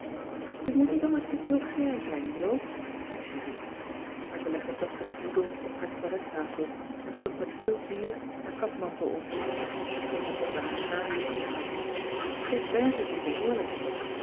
je moet niet altijd zoo vulgair zijn joop zei julie maar ze legde toch den knoedel op haar toilettafel en sloeg met veel zwier haar kapmantel om toen begon ze haar haar los te maken ze heeft werkelijk een behoorlijke